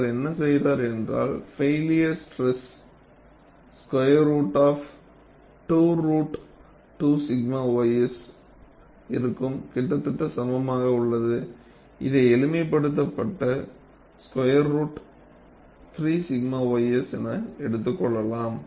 அவர் என்ன செய்தார் என்றால் failure stress square root of 2 root 2 𝛔 ys இருக்கு கிட்டத்தட்ட சமமாக உள்ளது இது எளிமைப்படுத்தப்பட்டு ஸ்குயர் ரூட் 3 𝛔 ys என எடுத்துக்கொள்ளலாம்